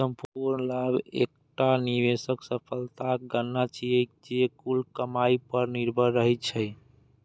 संपूर्ण लाभ एकटा निवेशक सफलताक गणना छियै, जे कुल कमाइ पर निर्भर रहै छै